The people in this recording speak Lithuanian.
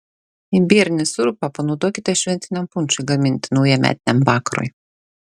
imbierinį sirupą panaudokite šventiniam punšui gaminti naujametiniam vakarui